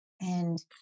And-